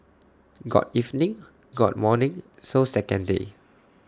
got evening got morning so second day